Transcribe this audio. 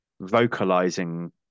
vocalizing